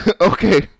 Okay